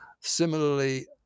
Similarly